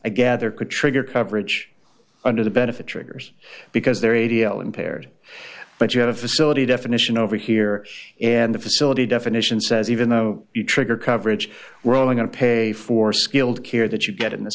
gather could trigger coverage under the benefit triggers because they're radial impaired but you have a facility definition over here and the facility definition says even though you trigger coverage we're only going to pay for skilled care that you get in th